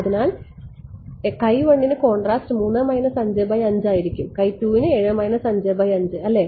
അതിനാൽ ന് കോൺട്രാസ്റ്റ് ആയിരിക്കും ന് അല്ലേ